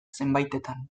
zenbaitetan